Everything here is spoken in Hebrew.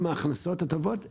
עם ההכנסות הטובות.